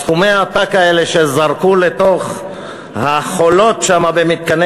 בסכומי העתק האלה שזרקו לתוך החולות שם במתקני